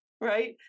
right